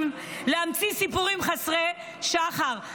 להמציא סיפורים חסרי שחר.